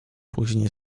później